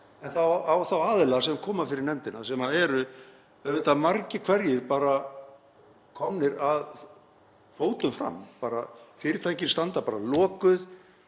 á þá aðila sem koma fyrir nefndina, sem eru auðvitað margir hverjir bara komnir að fótum fram. Fyrirtækin standa bara lokuð,